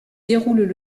déroulent